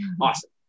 Awesome